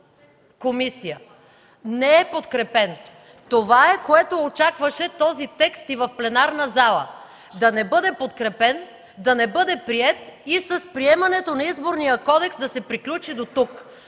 комисия. Не е подкрепен! Това е, което очакваше този текст и в пленарната зала – да не бъде подкрепен, да не бъде приет и с приемането на Изборния кодекс да се приключи дотук.